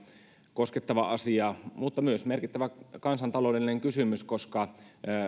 koskettava asia mutta myös merkittävä kansantaloudellinen kysymys koska nämä